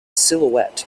silhouette